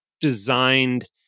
designed